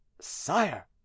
Sire